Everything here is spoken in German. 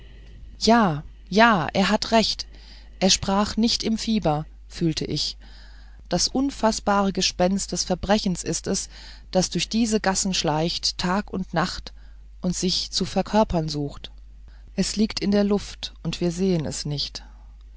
ja ja er hat recht er sprach nicht im fieber fühlte ich das unfaßbare gespenst des verbrechens ist es das durch diese gassen schleicht tag und nacht und sich zu verkörpern sucht es liegt in der luft und wir sehen es nicht